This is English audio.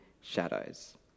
shadows